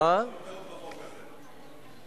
ברשות חברי חברי הכנסת וכבוד השר,